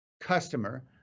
customer